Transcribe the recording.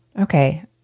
Okay